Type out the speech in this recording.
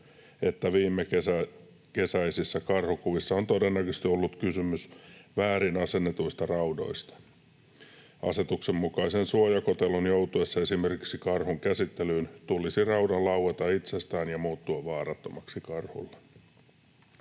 että viimekesäisissä karhukuvissa on todennäköisesti ollut kysymys väärin asennetuista raudoista. Asetuksenmukaisen suojakotelon joutuessa esimerkiksi karhun käsittelyyn tulisi raudan laueta itsestään ja muuttua vaarattomaksi karhuille.